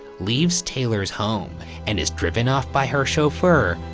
leaves taylor's home and is driven off by her chauffeur,